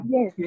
Yes